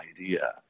idea